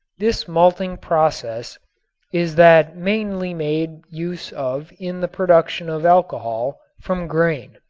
this malting process is that mainly made use of in the production of alcohol from grain.